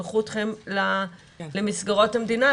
שלחו אתכם למסגרות המדינה.